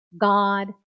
God